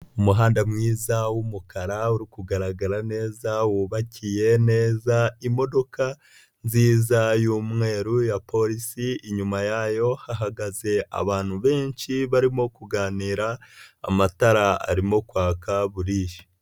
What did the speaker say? Umuhanda mwiza w'umukara uri kugaragara neza wubakiye neza imodoka, nziza y'umweru ya polisi inyuma yayo hahagaze abantu benshi barimo kuganira, amatara arimo kwaka burije.